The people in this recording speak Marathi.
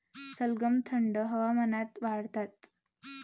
सलगम थंड हवामानात वाढतात